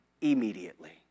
immediately